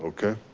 okay?